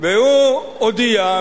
והוא הודיע,